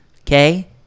Okay